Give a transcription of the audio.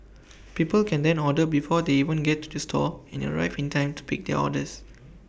people can then order before they even get to the store and arrive in time to pick their orders